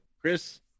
Chris